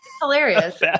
hilarious